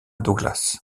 douglas